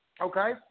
Okay